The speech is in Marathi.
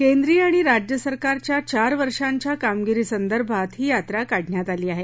केंद्रीय आणि राज्यसरकारच्या चार वर्षांच्या कामगिरीसंदर्भात ही यात्रा काढण्यात आली आहे